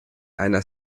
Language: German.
einer